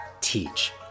Teach